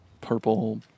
purple